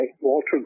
Walter